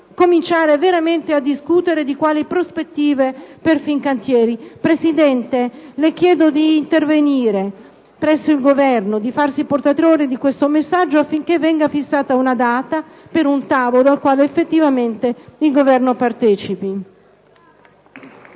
cominciare veramente a discutere quali prospettive esistono per Fincantieri. Signora Presidente, le chiedo d'intervenire presso il Governo e di farsi portatore di questo messaggio affinché venga fissata una data per un tavolo al quale effettivamente il Governo partecipi.